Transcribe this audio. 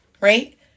right